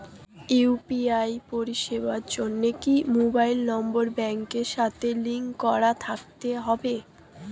UPI পরিষেবার জন্য কি মোবাইল নাম্বার ব্যাংকের সাথে লিংক করা থাকতে হবে?